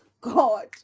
God